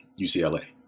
UCLA